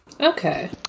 okay